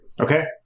Okay